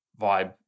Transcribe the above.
vibe